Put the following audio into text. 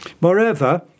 Moreover